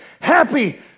happy